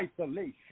isolation